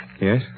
Yes